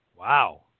Wow